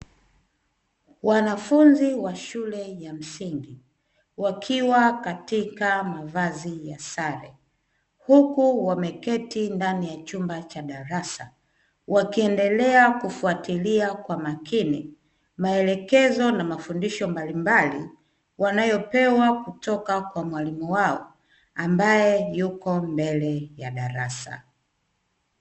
Wanafunzi wa shule ya msingi, wakiwa katika mavazi ya sare, huku wameketi ndani ya chumba cha darasa, wakiendelea kufuatilia kwa makini maelekezo na mafundisho mbalimbali wanayopewa kutoka kwa mwalimu wao, ambaye yupo mbele ya darasa.